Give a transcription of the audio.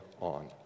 on